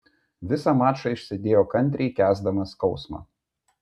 visą mačą išsėdėjo kantriai kęsdamas skausmą